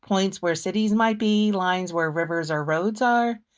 points where cities might be, lines where rivers or roads are?